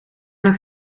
nog